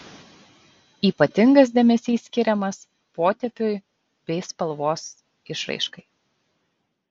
ypatingas dėmesys skiriamas potėpiui bei spalvos išraiškai